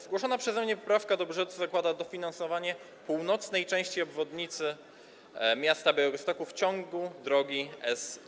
Zgłoszona przeze mnie poprawka do budżetu zakłada dofinansowanie północnej części obwodnicy miasta Białegostoku w ciągu drogi S19.